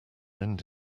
end